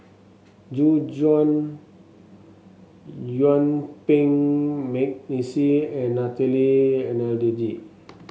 Gu Juan Yuen Peng McNeice and Natalie Hennedige